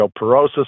osteoporosis